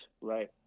right